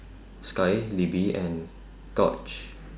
Sky Libbie and Gauge